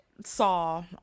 saw